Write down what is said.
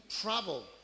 travel